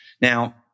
Now